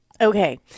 Okay